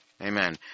Amen